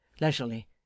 leisurely